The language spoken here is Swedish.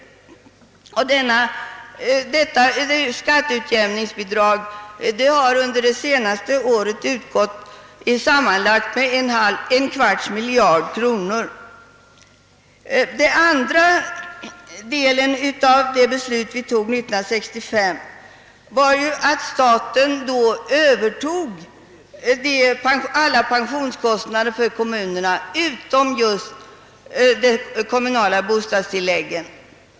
Detta skatteutjämningsbidrag har under det senaste året utgått med sammanlagt !/. miljard kronor. För det andra övertog staten genom beslutet år 1965 alla pensionskostnader från kommunerna utom just de kommunala bostadstilläggen.